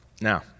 Now